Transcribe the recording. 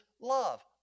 love